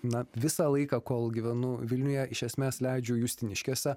na visą laiką kol gyvenu vilniuje iš esmės leidžiu justiniškėse